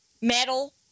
metal